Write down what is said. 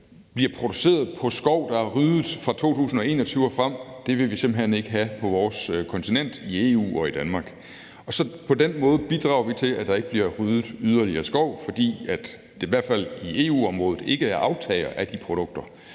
bliver produceret i skov, der er ryddet fra 2021 og frem, vil vi simpelt hen ikke have på vores kontinent i EU og i Danmark. På den måde bidrager vi til, at der ikke bliver ryddet yderligere skov, fordi der i hvert fald ikke i EU-området er aftagere af de produkter.